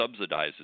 subsidizes